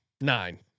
Nine